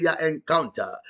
encounter